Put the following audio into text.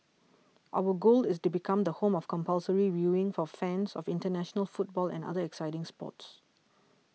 our goal is to become the home of compulsory viewing for fans of international football and other exciting sports